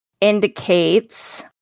indicates